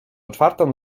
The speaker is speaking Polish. czwartą